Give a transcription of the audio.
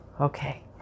Okay